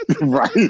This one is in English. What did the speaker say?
Right